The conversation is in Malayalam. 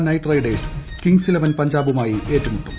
നൈറ്റ് റൈഡേഴ്സ് കിങ്സ് ഇലവൻ പഞ്ചാബുമായി ഏറ്റുമുട്ടം